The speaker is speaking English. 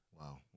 Wow